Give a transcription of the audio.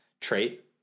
trait